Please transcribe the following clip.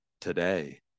today